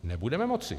Nebudeme moci.